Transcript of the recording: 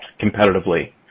competitively